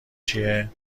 چیه